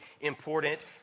important